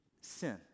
sin